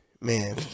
Man